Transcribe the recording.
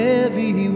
Heavy